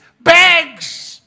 bags